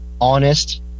honest